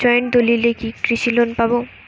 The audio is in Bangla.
জয়েন্ট দলিলে কি কৃষি লোন পাব?